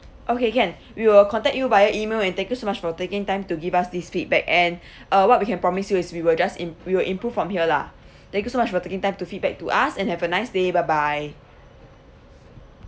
okay can we will contact you via email and thank you so much for taking time to give us this feedback and uh what we can promise you is we will just in~ we will improve from here lah thank you so much for taking time to feedback to us and have a nice day bye bye